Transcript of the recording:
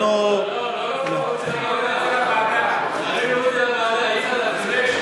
לא, לא, צריכים להוריד את זה לוועדה, אי-אפשר, את